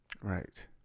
Right